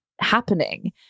happening